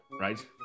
Right